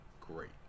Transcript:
Great